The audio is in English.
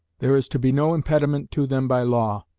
there is to be no impediment to them by law,